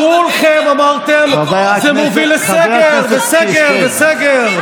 כולכם אמרתם: זה מוביל לסגר וסגר וסגר.